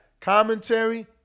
Commentary